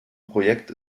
projekt